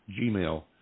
gmail